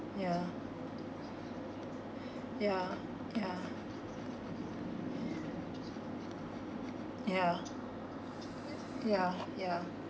yeah yeah yeah yeah yeah yeah